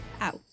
out